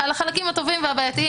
על החלקים הטובים והבעייתיים,